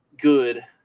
good